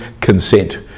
consent